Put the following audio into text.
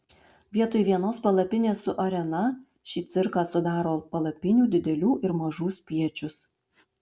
vietoj vienos palapinės su arena šį cirką sudaro palapinių didelių ir mažų spiečius